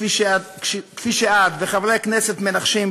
כפי שאת וחברי כנסת מנחשים,